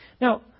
Now